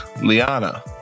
liana